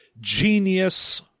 Genius